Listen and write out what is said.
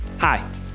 Hi